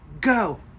go